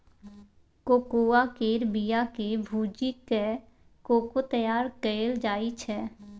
cocoa केर बिया केँ भूजि कय कोको तैयार कएल जाइ छै